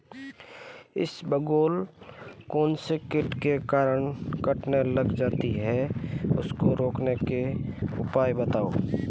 इसबगोल कौनसे कीट के कारण कटने लग जाती है उसको रोकने के उपाय बताओ?